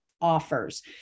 offers